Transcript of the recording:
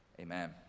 Amen